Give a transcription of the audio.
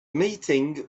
meeting